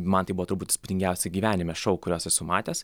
man tai buvo turbūt įspūdingiausia gyvenime šou kuriuos esu matęs